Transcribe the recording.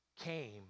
came